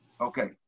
Okay